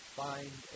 find